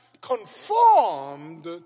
conformed